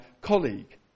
colleague